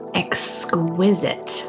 exquisite